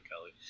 Kelly